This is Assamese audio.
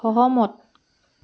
সহমত